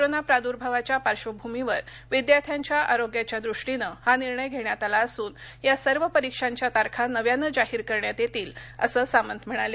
corona प्रादुर्भावाच्या पार्श्वभूमीवर विद्यार्थ्यांच्या आरोग्याच्या दृष्टीने हा निर्णय घेण्यात आला असून या सर्व परीक्षांच्या तारखा नव्याने जाहीर करण्यात येतील असं सामंत म्हणाले